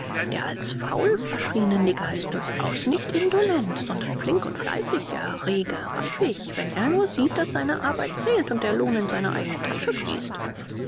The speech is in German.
der als faul verschriene nigger ist durchaus nicht indolent sondern flink und fleißig ja rege raffig wenn er nur sieht daß seine arbeit zählt und der lohn in seine eigene tasche fließt